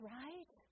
right